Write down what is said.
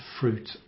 fruit